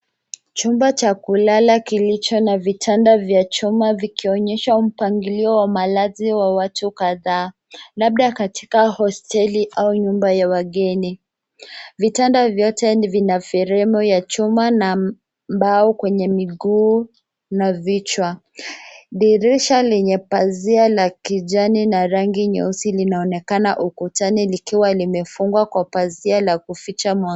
Chumba cha kulala kilicho na vitanda vya chuma vikionyesha mpangilio wa malazi wa watu kadhaa, labda katika hosteli au nyumba ya wageni. Vitanda vyote vina fremu ya chuma na mbao kwenye miguu na vichwa. Dirisha lenye pazia la kijani na rangi nyeusi linaonekana ukutani likiwa limefungwa kwa pazia la kuficha mwanga.